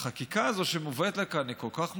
החקיקה הזאת שמובאת כאן היא כל כך מוזרה.